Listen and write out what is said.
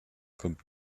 kommt